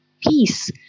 peace